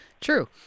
True